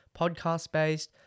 podcast-based